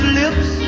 lips